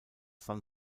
san